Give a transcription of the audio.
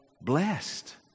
blessed